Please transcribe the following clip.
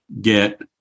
get